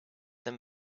them